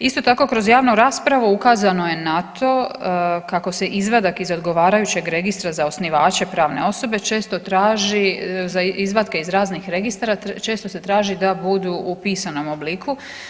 Isto tako kroz javnu raspravu ukazano je na to kako se izvadak iz odgovarajućeg registra za osnivače pravne osobe često traži za izvatke iz raznih registara često se traži da budu u pisanom obliku.